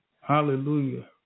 Hallelujah